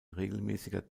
regelmäßiger